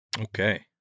Okay